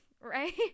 right